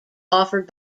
offered